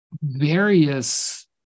various